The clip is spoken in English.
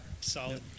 Solid